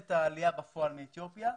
העלייה בפועל מאתיופיה,